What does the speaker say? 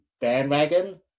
bandwagon